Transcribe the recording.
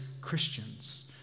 Christians